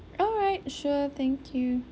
alright sure thank you